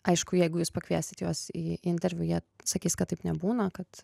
aišku jeigu jūs pakviesit juos į interviu jie sakys kad taip nebūna kad